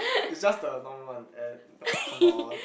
it's just the normal one and come on